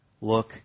look